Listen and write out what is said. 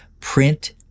print